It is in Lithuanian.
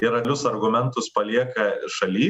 ir realius argumentus palieka šaly